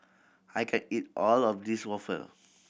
I can't eat all of this waffle